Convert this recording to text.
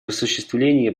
осуществление